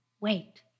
wait